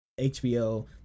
HBO